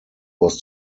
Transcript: was